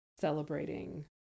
celebrating